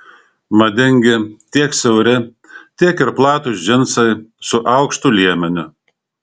madingi tiek siauri tiek ir platūs džinsai su aukštu liemeniu